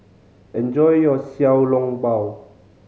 enjoy your Xiao Long Bao